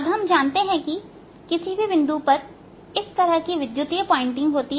अब हम जानते हैं कि किसी भी बिंदु पर इस तरह की विद्युतीय पॉइंटिंग होती है